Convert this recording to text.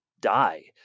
die